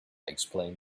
explained